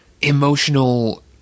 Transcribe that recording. Emotional